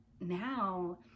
now